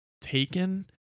taken